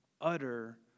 utter